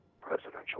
presidential